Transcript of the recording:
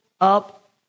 up